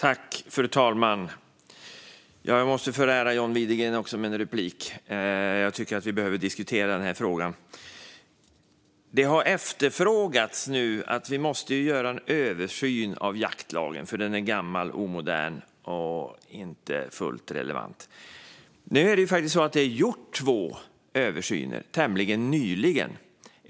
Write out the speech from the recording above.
Fru talman! Jag måste förära John Widegren en replik också. Jag tycker att vi behöver diskutera den här frågan. Det har efterfrågats en översyn av jaktlagen, för den är gammal, omodern och inte fullt relevant. Men det har ju gjorts två översyner tämligen nyligen.